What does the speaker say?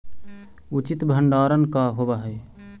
उचित भंडारण का होव हइ?